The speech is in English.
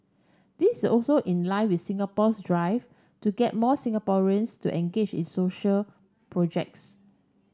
this is also in line with Singapore's drive to get more Singaporeans to engage in social projects